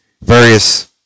various